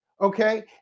okay